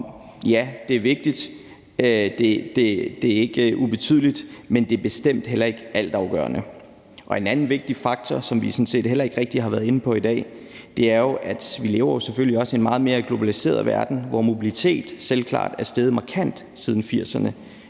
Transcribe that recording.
ja, det er vigtigt, det er ikke ubetydeligt, men det er bestemt heller ikke altafgørende. Og en anden vigtig faktor, som vi sådan set heller ikke rigtig har været inde på i dag, er jo, at vi selvfølgelig også lever i en meget mere globaliseret verden, hvor mobiliteten selvklart er steget markant siden 1980'erne,